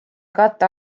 katta